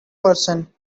person